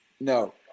no